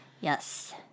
Yes